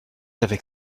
avec